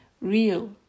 real